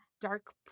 dark